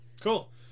Cool